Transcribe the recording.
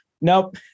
nope